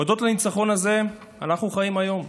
הודות לניצחון הזה אנחנו חיים היום.